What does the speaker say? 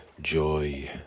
joy